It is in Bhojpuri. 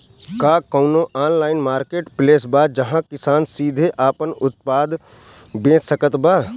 का कउनों ऑनलाइन मार्केटप्लेस बा जहां किसान सीधे आपन उत्पाद बेच सकत बा?